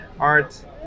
Art